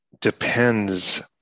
depends